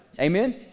Amen